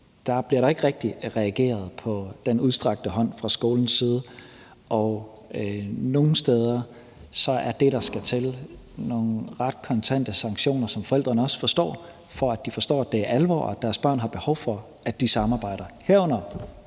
bliver der ikke rigtig reageret på den udstrakte hånd fra skolens side, og nogle steder er det, der skal til, nogle ret kontante sanktioner, så forældrene forstår, at det er alvor, at deres børn har behov for, at de samarbejder, herunder